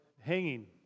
hanging